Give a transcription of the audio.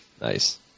nice